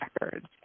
records